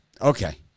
Okay